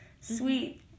sweet